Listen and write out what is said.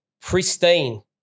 pristine